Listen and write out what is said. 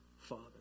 Father